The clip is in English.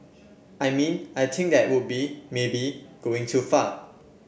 I mean I think that would be maybe going too far